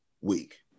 week